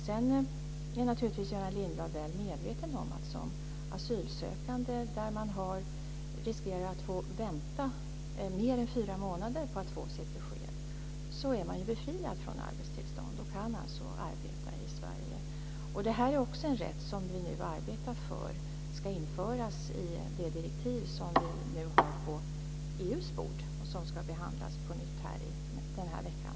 Sedan är Göran Lindblad naturligtvis väl medveten om att asylsökande som riskerar att få vänta mer än fyra månader på att få sitt besked är befriade från kravet på arbetstillstånd och kan alltså arbeta i Sverige. Vi arbetar nu för att denna rättighet ska införas i det direktiv som vi nu har på EU:s bord och som ska behandlas på nytt den här veckan.